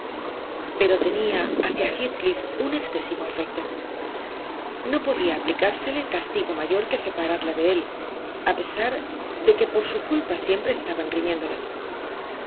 pero tenía hacia heathcliff un excesivo afecto no podía aplicársele castigo mayor que separarla de él a pesar de que por su culpa siempre estaban